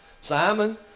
Simon